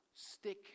Stick